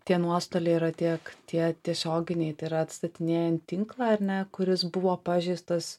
tie nuostoliai yra tiek tie tiesioginiai tai yra atstatinėjant tinklą ar ne kuris buvo pažeistas